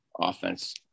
offense